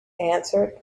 answered